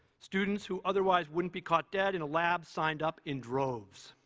students who otherwise wouldn't be caught dead in a lab signed up in droves.